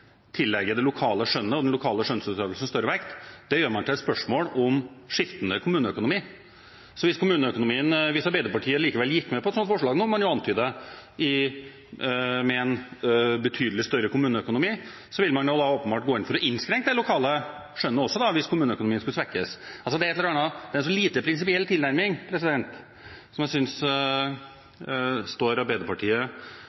tillegge det lokale skjønnet og den lokale skjønnsutøvelsen større vekt, til et spørsmål om skiftende kommuneøkonomi. Hvis Arbeiderpartiet likevel gikk med på et slikt forslag, noe man antyder, med en betydelig styrket kommuneøkonomi, ville man åpenbart gå inn for å innskrenke det lokale skjønnet hvis kommuneøkonomien skulle svekkes. Det er en lite prinsipiell tilnærming, som jeg synes passer Arbeiderpartiet dårlig. Jeg står for det jeg sa i mitt innlegg om at Arbeiderpartiet gjennom dette viser liten tillit til de beslutningene som